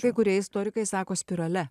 kai kurie istorikai sako spirale